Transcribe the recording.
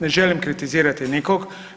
Ne želim kritizirati nikoga.